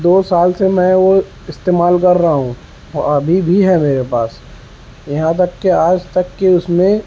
دو سال سے میں وہ استعمال کر رہا ہوں اور ابھی بھی ہے میرے پاس یہاں تک کہ آج تک کہ اس میں